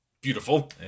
Beautiful